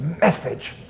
message